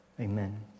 amen